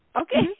Okay